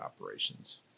operations